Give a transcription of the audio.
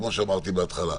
כמו שאמרתי בהתחלה.